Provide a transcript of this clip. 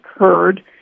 occurred